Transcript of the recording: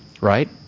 right